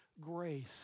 grace